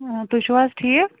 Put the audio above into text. تُہۍ چھُو حظ ٹھیٖک